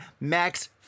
Max